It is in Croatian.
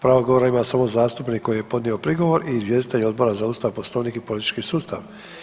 Pravo govora ima samo zastupnik koji je podnio prigovor i izvjestitelj Odbora za Ustav, Poslovnik i politički sustav.